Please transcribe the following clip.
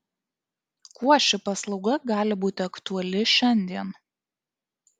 kuo ši paslauga gali būti aktuali šiandien